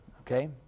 Okay